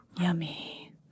Yummy